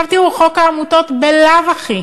עכשיו, תראו, חוק העמותות בלאו הכי